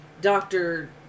Doctor